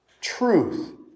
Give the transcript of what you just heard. truth